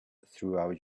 throughout